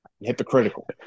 hypocritical